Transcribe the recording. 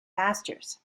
pastures